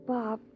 Bob